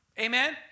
Amen